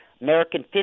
American